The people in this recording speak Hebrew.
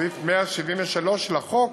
סעיף 173 לחוק